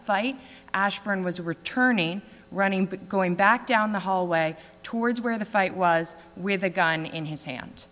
fight ashburn was returning running but going back down the hallway towards where the fight was with a gun in his